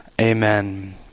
Amen